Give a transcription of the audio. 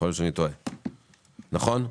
נכון?